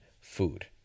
food